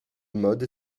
mode